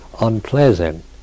unpleasant